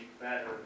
better